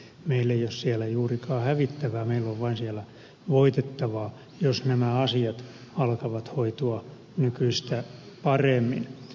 meillä ei ole siellä juurikaan hävittävää meillä on siellä vain voitettavaa jos nämä asiat alkavat hoitua nykyistä paremmin